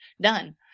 Done